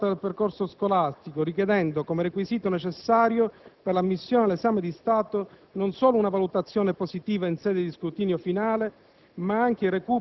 per tutta la durata del percorso scolastico richiedendo, come requisito necessario per l'ammissione all'esame di Stato, non solo una valutazione positiva in sede di scrutinio finale,